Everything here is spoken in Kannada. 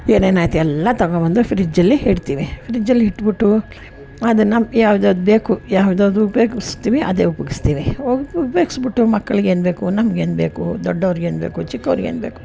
ಏನೇನಾಯ್ತು ಎಲ್ಲ ತೊಗೊಬಂದು ಫ್ರಿಜ್ಜಲ್ಲಿ ಇಡ್ತೀನಿ ಫ್ರಿಜ್ಜಲ್ಲಿ ಇಟ್ಟುಬಿಟ್ಟು ಅದನ್ನು ಯಾವ್ದು ಯಾವ್ದು ಬೇಕು ಯಾವ್ದು ಯಾವ್ದು ಉಪ್ಯೋಗಿಸ್ತೀವಿ ಅದೇ ಉಪ್ಯೋಗಿಸ್ತೀವಿ ಉಪ್ ಉಪ್ಯೋಗಿಸಿಬಿಟ್ಟು ಮಕ್ಕಳಿಗೆ ಏನು ಬೇಕು ನಮ್ಗೇನು ಬೇಕು ದೊಡ್ಡವ್ರಿಗೇನು ಬೇಕು ಚಿಕ್ಕವ್ರಿಗೆ ಏನು ಬೇಕು